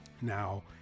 Now